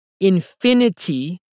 Infinity